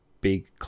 big